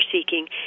seeking